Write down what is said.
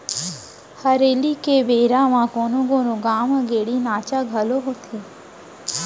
हरेली के बेरा म कोनो कोनो गाँव म गेड़ी नाचा घलोक होथे